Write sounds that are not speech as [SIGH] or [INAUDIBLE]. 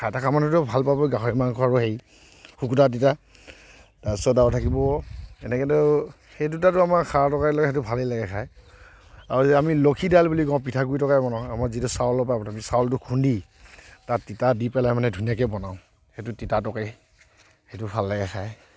[UNINTELLIGIBLE] ভাল পাব গাহৰি মাংস আৰু হেৰি শুকুতা তিতা তাৰপিছত আৰু থাকিব এনেকেতো সেই দুটাটো আমাৰ খাৰৰ তৰকাৰীৰ লগত ভালেই লাগে খাই আৰু আমি লখি দাইল বুলি কওঁ পিঠাগুড়ি তৰকাৰী বনাওঁ আমাৰ যিটো চাউলৰ পৰা [UNINTELLIGIBLE] আমি চাউলটো খুন্দি তাত তিতা দি পেলাই মানে ধুনীয়াকৈ বনাওঁ সেইটো তিতা তৰকাৰী সেইটো ভাল লাগে খায়